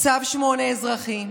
צו 8 אזרחי,